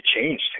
changed